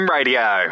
Radio